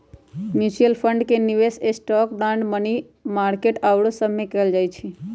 mutual fund के निवेश stock, bond, money market आउरो सभमें कएल जाइ छइ